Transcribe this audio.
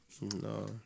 No